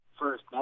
First